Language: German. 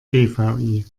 dvi